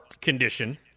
condition